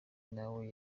nawe